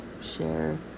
share